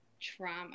trauma